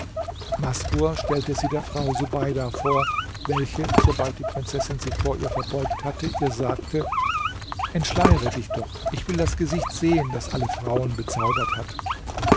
masrur stellte sie der frau subeida vor welche sobald die prinzessin sich vor ihr verbeugt hatte ihr sagte entschleiere dich doch ich will das gesicht sehen das alle frauen bezaubert hat